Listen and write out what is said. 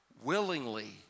willingly